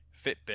Fitbit